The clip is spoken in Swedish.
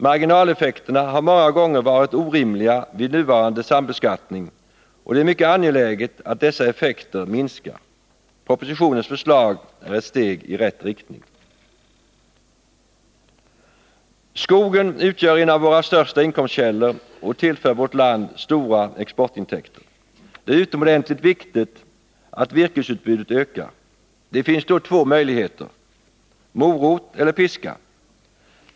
Marginaleffekterna har många gånger varit orimliga vid nuvarande sambeskattning, och det är mycket angeläget att dessa effekter minskar. Propositionens förslag är ett steg i rätt riktning. Skogen utgör en av våra största inkomstkällor och tillför vårt land stora exportintäkter. Det är utomordentligt viktigt att virkesutbudet ökar. Det finns då två möjligheter: morot eller piska.